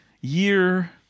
year